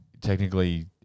technically